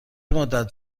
مدت